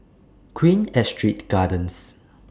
Queen Astrid Gardens